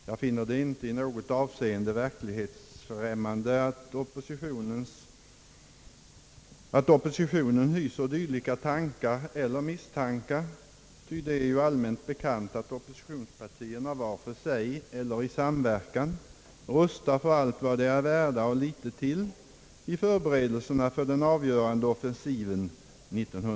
Jag finner det inte i något avseende verklighetsfrämmande att oppositionen hyser dylika tankar eller misstankar, ty det är ju allmänt bekant att oppositionspartierna var för sig eller i samverkan rustar för allt vad de är värda och litet till i förberedelserna för den avgörande offensiven.